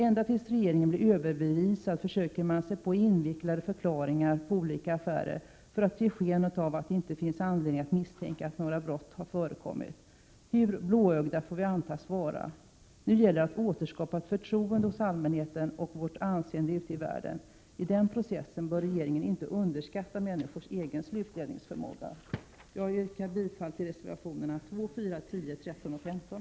Ända tills regeringen blir överbevisad försöker den sig på invecklade förklaringar till olika affärer för att ge sken av att det inte finns anledning att misstänka att några brott har förekommit. Hur blåögda får vi antas vara? Nu gäller det att återskapa ett förtroende hos allmänheten och vårt anseende ute i världen. I den processen bör regeringen inte underskatta människors egen slutledningsförmåga. Jag yrkar bifall till reservationerna 2, 4, 10, 13 och 15.